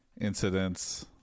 incidents